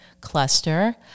cluster